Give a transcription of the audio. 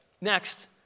Next